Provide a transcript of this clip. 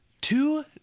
two